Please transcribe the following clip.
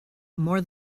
more